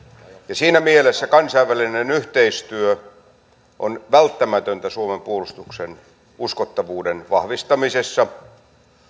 siinä mielessä kansainvälinen yhteistyö on välttämätöntä suomen puolustuksen uskottavuuden vahvistamisessa